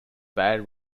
bad